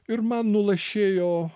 ir man nulašėjo